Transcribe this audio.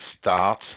start